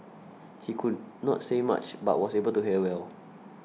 he could not say much but was able to hear well